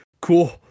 Cool